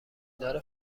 داره